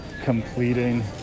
completing